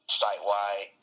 site-wide